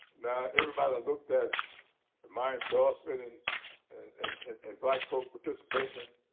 now, everybody looked at my endorsement and and and black folks' participation,